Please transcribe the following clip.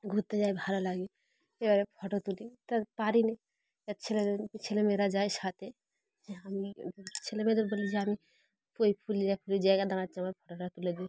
ঘুরতে যাই ভালো লাগে এবারে ফটো তুলি তা পারিনি এ ছেলেদের ছেলেমেয়েরা যায় সাথে যে আমি ছেলেমেয়েদের বলি যে আমি ওই ফুলি য ফুল জায়গা দাঁড়াচ্ছি আমার ফটোটা তুলে দে